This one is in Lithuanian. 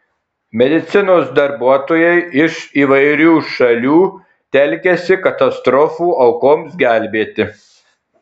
medicinos darbuotojai iš įvairių šalių telkiasi katastrofų aukoms gelbėti